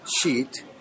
sheet